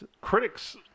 Critics